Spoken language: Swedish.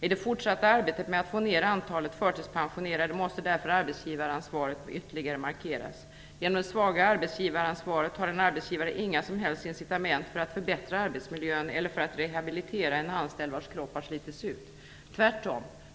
I det fortsatta arbetet med att få ner antalet förtidspensionerade måste därför arbetsgivaransvaret ytterligare markeras. Genom det svaga arbetsgivaransvaret har en arbetsgivare inga som helst incitament för att förbättra arbetsmiljön eller för att rehabilitera en anställd vars kropp har slitits ut, tvärtom.